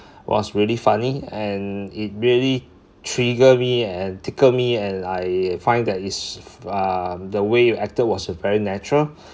was really funny and it really trigger me and tickle me and I find that it's uh the way of actor was very natural